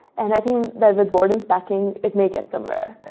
and i think that with vordan's backing, it may get somewhere. yeah,